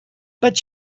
but